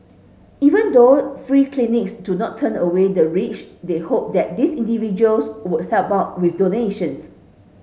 even though free clinics do not turn away the rich they hope that these individuals would help out with donations